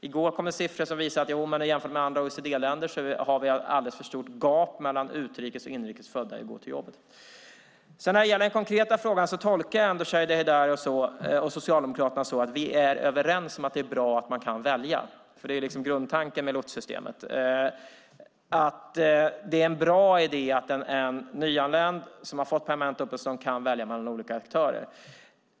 I går kom en siffra som visar att jämfört med andra OECD-länder har vi ett alldeles för stort gap mellan utrikes och inrikes födda när det gäller att ha ett jobb att gå till. Jag tolkar Shadiye Heydari och Socialdemokraterna så att vi är överens om att det är bra att man kan välja. Det är grundtanken med lotssystemet. Det är en bra idé att en nyanländ som har fått permanent uppehållstillstånd kan välja mellan olika aktörer.